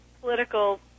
political